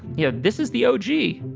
yeah this is the oggi,